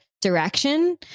direction